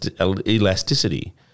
elasticity